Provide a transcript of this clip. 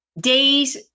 days